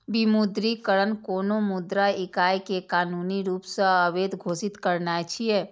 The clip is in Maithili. विमुद्रीकरण कोनो मुद्रा इकाइ कें कानूनी रूप सं अवैध घोषित करनाय छियै